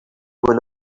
when